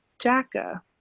Jacka